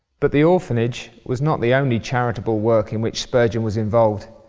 but the orphanage was not the only charitable work in which spurgeon was involved.